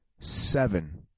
seven